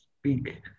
speak